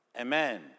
Amen